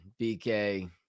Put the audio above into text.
BK